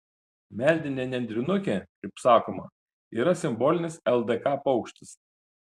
meldinė nendrinukė kaip sakoma yra simbolinis ldk paukštis